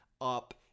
up